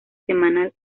semanal